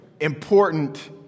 important